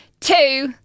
two